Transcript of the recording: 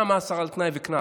שנה מאסר על תנאי וקנס,